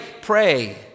pray